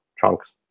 chunks